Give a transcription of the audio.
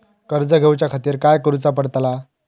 कर्ज घेऊच्या खातीर काय करुचा पडतला?